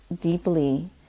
deeply